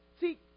See